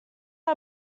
are